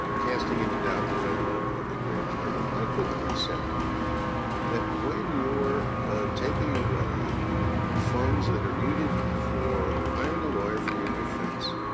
casting into doubt the judgment of of the grand jury, but why couldn't we say that when you're taking away funds that are needed for hiring a lawyer for your defense,